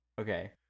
Okay